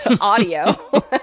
audio